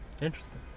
interesting